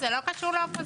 זה לא קשור לאופוזיציה.